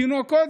תינוקות,